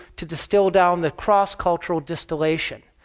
to distill down the cross-cultural distillation.